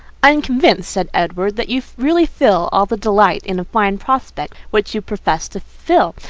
i am convinced, said edward, that you really feel all the delight in a fine prospect which you profess to feel.